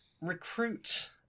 recruit